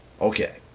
Okay